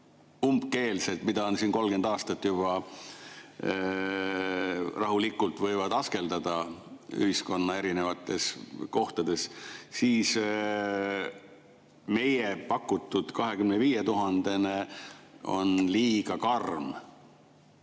umbkeelsed on juba 30 aastat rahulikult võinud askeldada ühiskonna erinevates kohtades –, siis on meie pakutud 25 000 liiga karm,